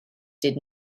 did